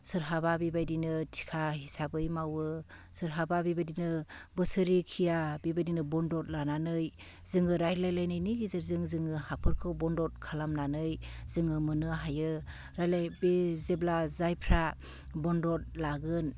सोरहाबा बेबायदिनो थिखा हिसाबै मावो सोरहाबा बेबायदिनो बोसोरिखिया बेबायदिनो बन्दख लानानै जोङो रायज्लायलायनायनि गेजेरजों जोङो हाफोरखौ बन्दख खालामनानै जोङो मोननो हायो बे जेब्ला जायफ्रा बन्दख लागोन